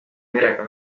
perega